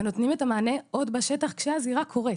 ונותנים את המענה עוד בשטח כשהזירה קורית.